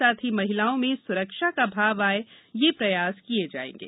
साथ ही महिलाओं में सुरक्षा का भाव आये यह प्रयास किये जायेंगे